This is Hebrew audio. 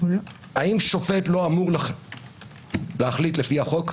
האם שופט לא אמור להחליט לפי החוק?